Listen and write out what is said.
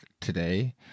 today